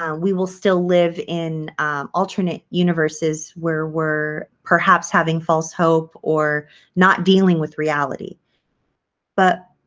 um we will still live in alternate universes where were perhaps having false hope or not dealing with reality but